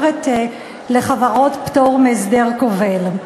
וברצוני להזכיר עוד הפעם שמדובר במיליון